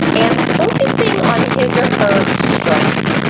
and focusing on his or her strengths.